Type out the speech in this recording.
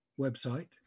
website